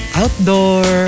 outdoor